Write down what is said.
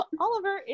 Oliver